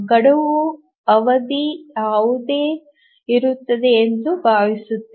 ಗಡುವು ಅವಧಿಯಂತೆಯೇ ಇರುತ್ತದೆ ಎಂದು ಭಾವಿಸುತ್ತೇವೆ